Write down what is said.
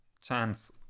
chance